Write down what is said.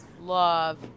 love